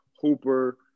Hooper